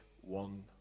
one